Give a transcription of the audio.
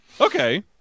Okay